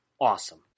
Awesome